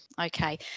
Okay